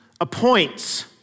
appoints